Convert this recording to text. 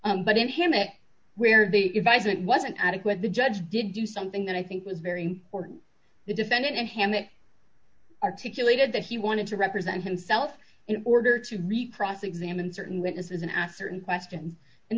t but in him it where the advice it wasn't adequate the judge did do something that i think was very important the defendant and hammett articulated that he wanted to represent himself in order to repress examine certain witnesses and after and question and